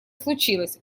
случилось